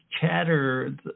chatter